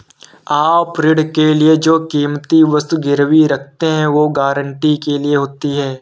आप ऋण के लिए जो कीमती वस्तु गिरवी रखते हैं, वो गारंटी के लिए होती है